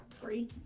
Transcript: Three